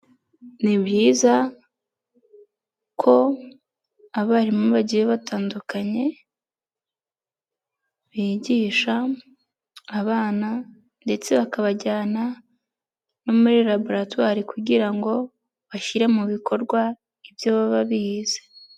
Ni byiza ko abarimu bagiye batandukanye, bigisha abana ndetse bakabajyana no muri laboratware kugira ngo bashyire mu bikorwa ibyo baba bize.